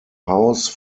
house